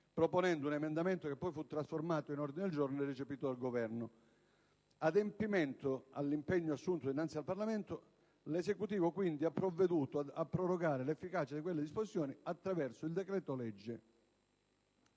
proponendo un emendamento poi trasformato in ordine del giorno e recepito dal Governo. Adempiendo all'impegno assunto dinanzi al Parlamento, l'Esecutivo ha quindi provveduto a prorogare l'efficacia di quella disposizione attraverso il decreto-legge